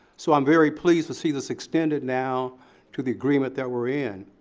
so i'm very pleased to see this extended now to the agreement that we're in.